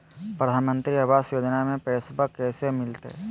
प्रधानमंत्री आवास योजना में पैसबा कैसे मिलते?